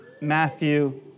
Matthew